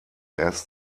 erst